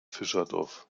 fischerdorf